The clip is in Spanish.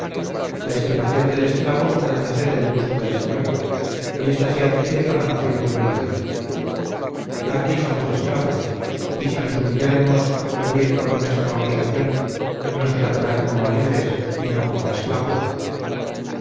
la estimación del esclavo ha de nacer del gusto del señor y esta se adquiere con apacible humildad aquí somos esclavos y si nos humilláremos a cumplir con nuestra obligación nos tratarán como a libres y no como a esclavos